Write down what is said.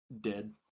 dead